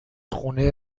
خونه